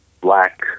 black